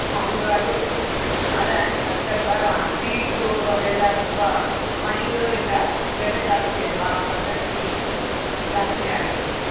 ಹೌದು ಅದು ಅದು ಆರಿ ವರ್ಕ್ ಅಲ್ವಾ ಬೀಡ್ಸ್ ಅದೆಲ್ಲ ತುಂಬ ಮಣಿಗಳು ಎಲ್ಲ ಬೆಲೆ ಜಾಸ್ತಿ ಅಲ್ವಾ ಹಾಗಾಗಿ ಜಾಸ್ತಿ ಆಗತ್ತೆ ಮ್ಯಾಮ್